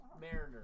Mariners